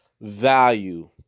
value